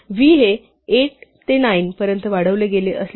v हे 8 ते 9 पर्यंत वाढविले गेले असले तरी z हे 8 राहते